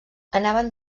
anaven